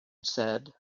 said